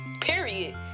Period